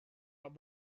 not